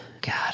God